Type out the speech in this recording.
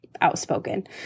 outspoken